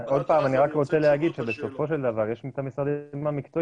אני רוצה לומר שבסופו של דבר יש את המשרדים המקצועיים